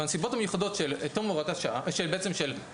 הנסיבות המיוחדות של תום הוראת השעה או שכבר